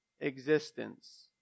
existence